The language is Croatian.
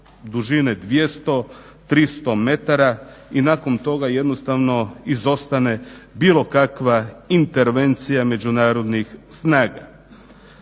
dužine 200, 300 metara i nakon toga jednostavno izostane bilo kakva intervencija međunarodnih snaga.